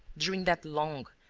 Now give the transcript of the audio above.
during that long,